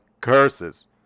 curses